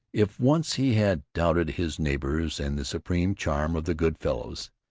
if once he had doubted his neighbors and the supreme charm of the good fellows,